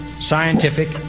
scientific